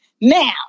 now